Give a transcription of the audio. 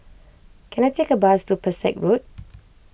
can I take a bus to Pesek Road